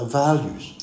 values